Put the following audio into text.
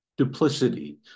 duplicity